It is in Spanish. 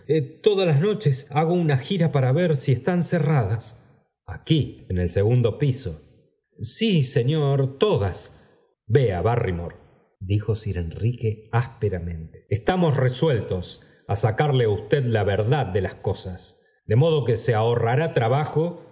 todas las noches hago una jira para ver si están cerradas aquí en el segundo piso sí señor todas ea barrymore dijo sir enrique ásperamente estamos resueltos á sacarle á usted la verdad de las cosas de modo que se ahorrará trabajo